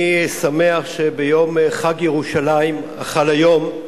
אני שמח שביום חג ירושלים, החל היום,